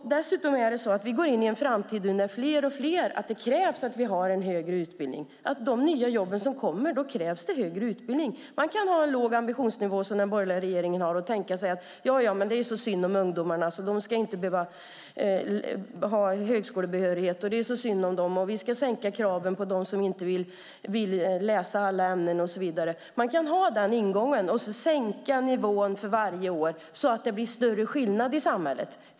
Dessutom är det så att vi går in i en framtid som kräver att fler och fler har en högre utbildning. För de nya jobb som kommer krävs högre utbildning. Man kan ha en låg ambitionsnivå som den borgerliga regeringen har och tänka att ja, det är så synd om ungdomarna och därför ska de inte behöva ha högskolebehörighet. Det är så synd om dem, och därför ska vi sänka kraven på dem som inte vill läsa alla ämnen och så vidare. Man kan ha den ingången och sänka nivån för varje år så att det blir större skillnader i samhället.